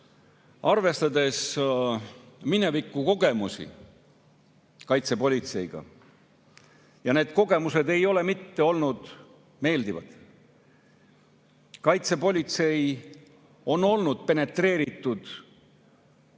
arvestada mineviku kogemusi kaitsepolitseiga – need kogemused ei ole mitte olnud meeldivad. Kaitsepolitsei on olnud penetreeritud meie